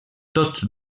tots